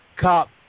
cop